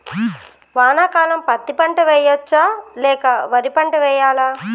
వానాకాలం పత్తి పంట వేయవచ్చ లేక వరి పంట వేయాలా?